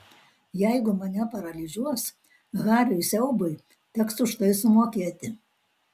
jeigu mane paralyžiuos hariui siaubui teks už tai sumokėti